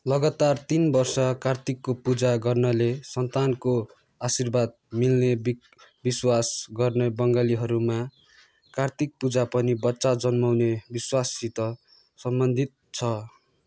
लगातार तिन वर्ष कार्तिकको पूजा गर्नाले सन्तानको आशीर्वाद मिल्ने विश्वास गर्ने बङ्गालीहरूमा कार्तिक पूजा पनि बच्चा जन्माउने विश्वाससित सम्बन्धित छ